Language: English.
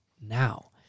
now